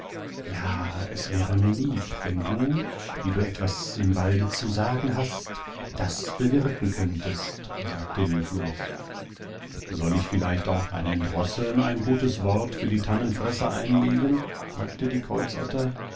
ja eswäre mir lieb wenn du die du etwas im walde zu sagen hast das bewirken könntest antwortete hilflos soll ich vielleicht auch bei den drosseln ein guteswortfürdietannenfressereinlegen fragtediekreuzotter